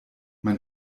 man